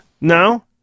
No